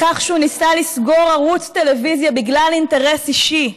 בכך שהוא ניסה לסגור ערוץ טלוויזיה בגלל אינטרס אישי.